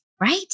Right